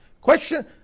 Question